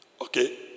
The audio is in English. Okay